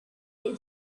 pay